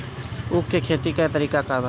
उख के खेती का तरीका का बा?